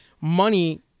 money